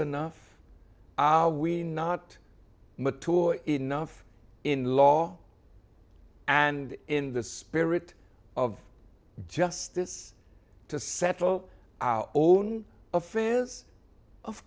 enough we not mature enough in law and in the spirit of justice to settle our own affairs of